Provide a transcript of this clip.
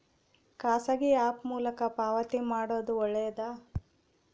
ಖಾಸಗಿ ಆ್ಯಪ್ ಮೂಲಕ ಪಾವತಿ ಮಾಡೋದು ಒಳ್ಳೆದಾ?